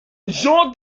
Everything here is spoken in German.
jean